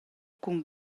cun